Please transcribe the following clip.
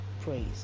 praise